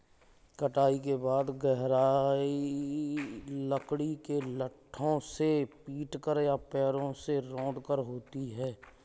कटाई के बाद गहराई लकड़ी के लट्ठों से पीटकर या पैरों से रौंदकर होती है